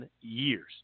years